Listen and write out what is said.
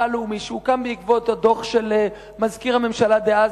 הלאומי שהוקם בעקבות הדוח של מזכיר הממשלה דאז,